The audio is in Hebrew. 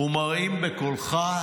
ומרעים בקולך,